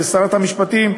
זה שרת המשפטים,